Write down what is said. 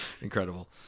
Incredible